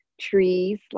trees